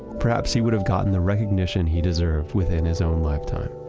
perhaps he would've gotten the recognition he deserved within his own lifetime.